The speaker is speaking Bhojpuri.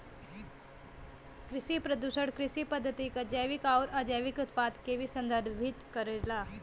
कृषि प्रदूषण कृषि पद्धति क जैविक आउर अजैविक उत्पाद के भी संदर्भित करेला